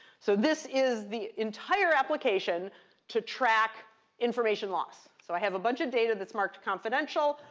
so this is the entire application to track information loss. so i have a bunch of data that's marked confidential.